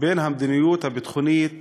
בין המדיניות הביטחונית